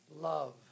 love